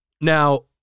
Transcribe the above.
Now